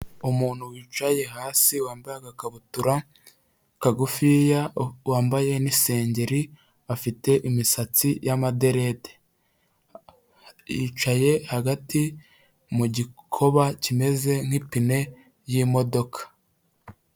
Umuntu wicaye hasi wambaye agakabutura kagufiya, wambaye n'isengeri, afite imisatsi y'amaderede, yicaye hagati mu gikoba kimeze nk'ipine y'imodoka.